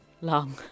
Long